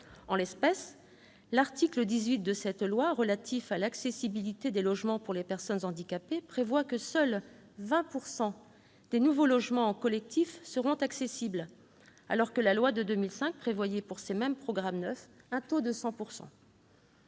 En l'espèce, l'article 18 de ce texte, relatif à l'accessibilité des logements pour les personnes handicapées, prévoit que seuls 20 % des nouveaux logements collectifs leur seront accessibles, alors que la loi de 2005 prévoyait, pour ces mêmes programmes neufs, un taux de 100